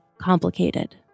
complicated